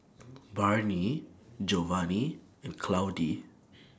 Barney Jovanni and Claudie